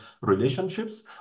relationships